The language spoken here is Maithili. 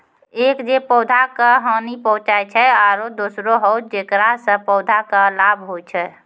एक जे पौधा का हानि पहुँचाय छै आरो दोसरो हौ जेकरा सॅ पौधा कॅ लाभ होय छै